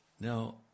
Now